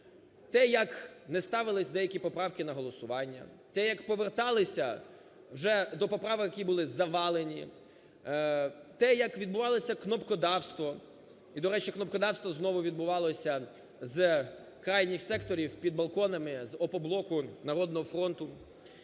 Те, як не ставилися деякі поправки на голосування; те, як поверталися вже до поправок, які були завалені; те, як відбувалося кнопкодавство. І, до речі, кнопкодавство знову відбувалося з крайніх секторів під балконами з "Опоблоку", "Народного фронту".